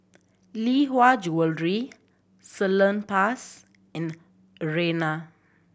Lee Hwa Jewellery Salonpas and Urana